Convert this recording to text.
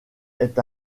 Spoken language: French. est